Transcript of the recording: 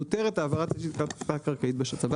מותרת העברת תשתית תת-קרקעית בשצ"פ.